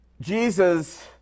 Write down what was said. Jesus